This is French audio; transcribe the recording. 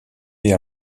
née